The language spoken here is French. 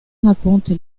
raconte